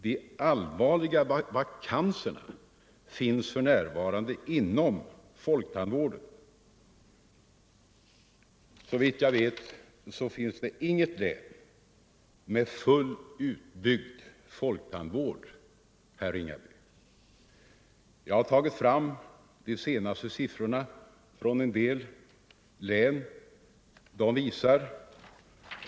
De allvarliga vakanserna finns för närvarande inom folktandvården. Såvitt jag vet finns det inget län med fullt utbyggd folktandvård, herr Ringaby. Jag har tagit fram de senaste siffrorna från en del län.